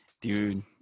dude